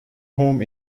home